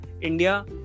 india